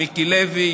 מיקי לוי,